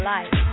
Life